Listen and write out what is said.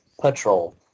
patrol